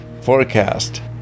forecast